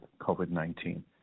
COVID-19